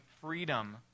freedom